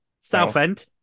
Southend